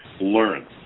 learn